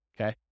okay